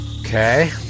Okay